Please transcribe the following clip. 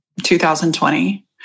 2020